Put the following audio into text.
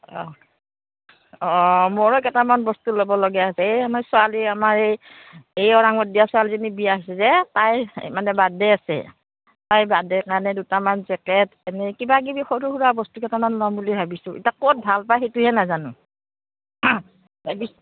অঁ অঁ মোৰো কেইটামান বস্তু ল'বলগীয়া আছে এই আমাৰ ছোৱালী আমাৰ এই এই দিয়া ছোৱালীজনী বিয়া আছে যে তাই মানে বাৰ্থডে' আছে তাই বাৰ্থডে' কাৰণে দুটামান জেকেট এনেই কিবা কিবি সৰু সুৰা বস্তু কেইটামান ল'ম বুলি ভাবিছোঁ এতিয়া ক'ত ভাল পায় সেইটোহে নাজানো